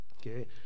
okay